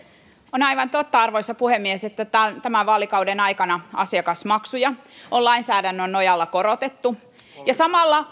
on aivan totta arvoisa puhemies että tämän tämän vaalikauden aikana asiakasmaksuja on lainsäädännön nojalla korotettu ja samalla